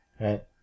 right